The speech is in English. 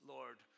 Lord